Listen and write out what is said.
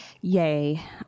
Yay